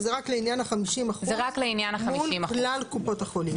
וזה רק לעניין ה-50% מול כלל קופות החולים?